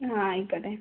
ആ ആയിക്കോട്ടെ